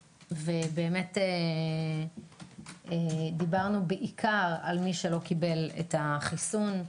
באמת דיברנו בעיקר על מי שלא קיבל את החיסון,